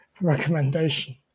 recommendation